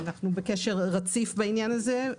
אנו בקשר רציף בעניין הזה.